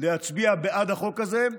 להצביע בעד החוק הזה,